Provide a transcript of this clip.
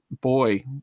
boy